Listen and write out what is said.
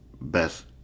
best